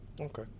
Okay